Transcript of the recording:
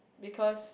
because